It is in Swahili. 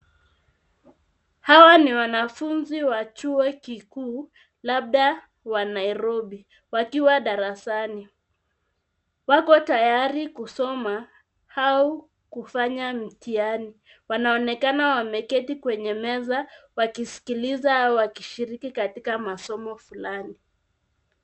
Hawa ni wanafunzi wa shule ya chuo kikuu labda wa Nairobi, wakiwa darasani .Wako tayari kusoma au kufanya mtihani ,wanaonekana wameketi kwenye meza wakisikiliza au wakishiriki katika masomo fulani.